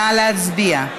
נא להצביע.